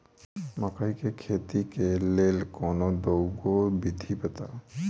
मकई केँ खेती केँ लेल कोनो दुगो विधि बताऊ?